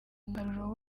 umusaruro